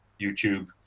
youtube